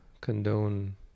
condone